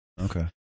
okay